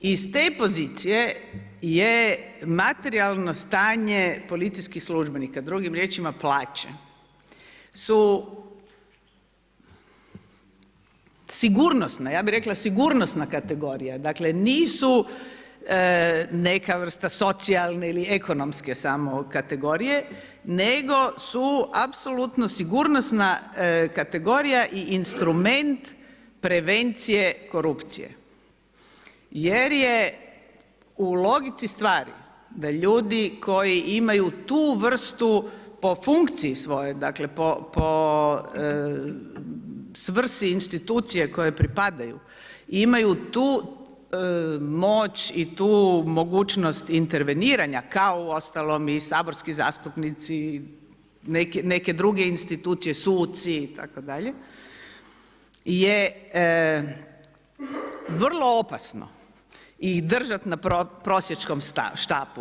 I s te pozicije je materijalno stanje policijskih službenika, drugim riječima plaća su sigurnosne, ja bih rekla sigurnosna kategorija, dakle nisu neka vrsta socijalne ili ekonomske samo kategorije nego su apsolutno sigurnosna kategorija i instrument prevencije korupcije jer je u logici stvari da ljudi koji imaju tu vrstu po funkciji svojoj dakle po svrsi institucije kojoj pripadaju, imaju tu moć i tu mogućnost interveniranja kao uostalom i saborski zastupnici neke druge institucije, suci itd. je vrlo opasno ih držati na prosjačkom štapu.